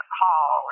hall